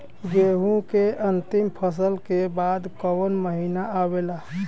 गेहूँ के अंतिम फसल के बाद कवन महीना आवेला?